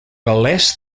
gal·lès